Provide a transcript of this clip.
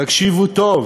תקשיבו טוב,